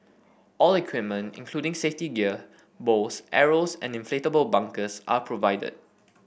all equipment including safety gear bows arrows and inflatable bunkers are provided